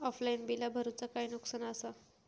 Offline बिला भरूचा काय नुकसान आसा?